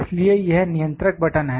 इसलिए यह नियंत्रक बटन है